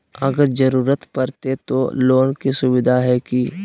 अगर जरूरत परते तो लोन के सुविधा है की?